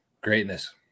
greatness